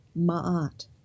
ma'at